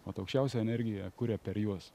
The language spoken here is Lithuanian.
vat aukščiausia energija kuria per juos